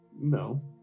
No